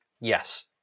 Yes